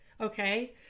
okay